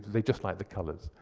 they just like the colors.